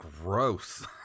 gross